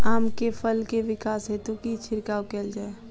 आम केँ फल केँ विकास हेतु की छिड़काव कैल जाए?